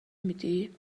میدی